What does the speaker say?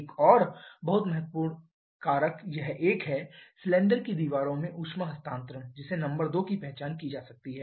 एक और बहुत महत्वपूर्ण कारक यह एक है सिलेंडर की दीवारों में ऊष्मा हस्तांतरण जिसे नंबर 2 की पहचान की जा सकती है